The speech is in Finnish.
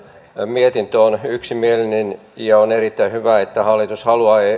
mietintö on yksimielinen on erittäin hyvä että hallitus haluaa